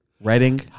Reading